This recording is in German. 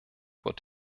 wird